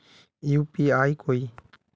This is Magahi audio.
यु.पी.आई कोई